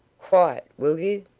quiet, will you?